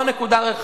לא הנקודה הרחבה.